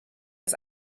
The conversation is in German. ist